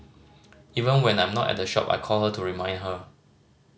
even when I'm not at the shop I call her to remind her